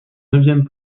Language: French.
neuvième